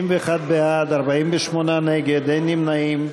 בעד, 61, נגד, 48, אין נמנעים.